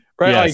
Right